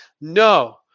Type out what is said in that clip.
No